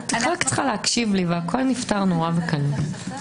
האם להגביל עיון בחומר רק לסנגור ולא לנאשם.